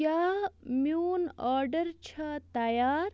کیٛاہ میون آرڈر چھا تیار